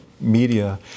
media